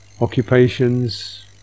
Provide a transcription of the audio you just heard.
occupations